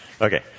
Okay